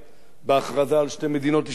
בהכרזה על שתי מדינות לשני עמים